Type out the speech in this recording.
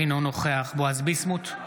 אינו נוכח בועז ביסמוט,